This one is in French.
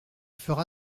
fera